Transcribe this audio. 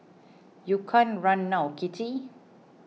you can't run now kitty